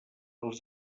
els